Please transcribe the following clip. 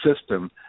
system